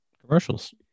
Commercials